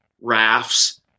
rafts